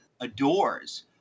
adores